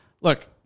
look